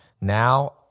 Now